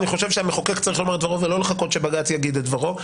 אני חושב שהמחוקק צריך לומר את דברו ולא לחכות שבג"ץ יגיד את דברו.